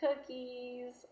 cookies